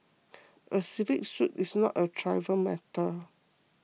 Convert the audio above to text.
a civil suit is not a trivial matter